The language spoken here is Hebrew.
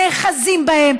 נאחזים בהם,